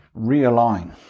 realign